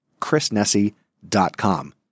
chrisnessy.com